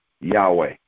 Yahweh